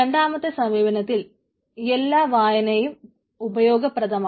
രണ്ടാമത്തെ സമീപനത്തിൽ എല്ലാ വായനയും ഉപയോഗപ്രദമാണ്